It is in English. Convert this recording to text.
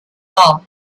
how